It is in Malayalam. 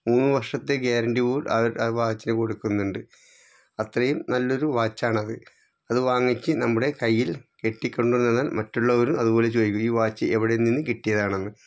മൂന്ന് വർഷത്തെ ഗ്യാരൻറ്റി കൂടി അവ ആ വാച്ചിന് കൊടുക്കുന്നുണ്ട് അത്രയും നല്ലൊരു വാച്ചാണത് അതു വാങ്ങിച്ച് നമ്മുടെ കയ്യിൽ കെട്ടിക്കൊണ്ടു നടന്നാൽ മറ്റുള്ളവരും അതുപോലെ ചോദിക്കും ഈ വാച്ച് എവിടെ നിന്നു കിട്ടിയതാണെന്ന്